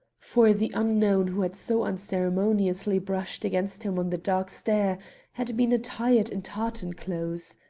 for the unknown who had so unceremoniously brushed against him on the dark stair had been attired in tartan clothes.